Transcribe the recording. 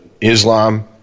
Islam